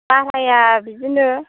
भाराया बिदिनो